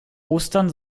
ostern